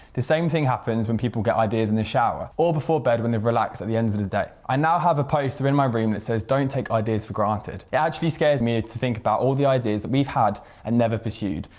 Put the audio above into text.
the same thing happens when people get ideas in the shower or before bed when they're relaxed at the end of the day. i now have a poster in my room that says don't take ideas for granted. it actually scares me to think about all the ideas that we've had and never pursued.